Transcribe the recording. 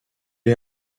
est